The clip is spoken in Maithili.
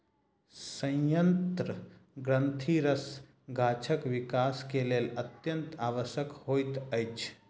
सयंत्र ग्रंथिरस गाछक विकास के लेल अत्यंत आवश्यक होइत अछि